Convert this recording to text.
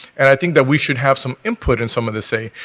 and i think that we should have some input in some of the say.